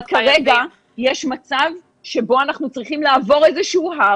ורק כרגע יש מצב שבו אנחנו צריכים לעבור איזשהו הר